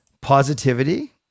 positivity